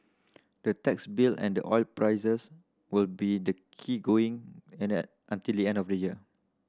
the tax bill and the oil prices will be the key going and an until the end of the year